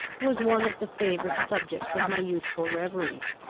was one of the favourite subjects of my youthful reveries.